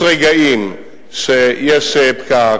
יש רגעים שיש פקק,